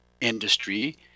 industry